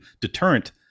deterrent